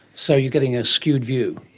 so you're getting a skewed view.